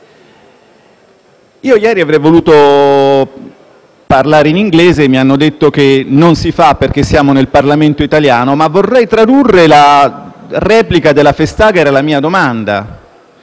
Io ieri avrei voluto parlare in inglese, ma mi hanno detto che non si fa, perché siamo nel Parlamento italiano. Ma vorrei tradurre la replica della Vestager alla mia domanda.